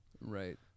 Right